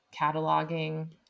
cataloging